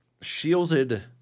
shielded